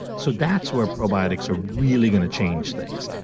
so that's where probiotics are really going to change things.